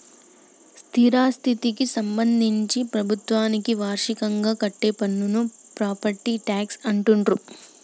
స్థిరాస్థికి సంబంధించి ప్రభుత్వానికి వార్షికంగా కట్టే పన్నును ప్రాపర్టీ ట్యాక్స్ అంటుండ్రు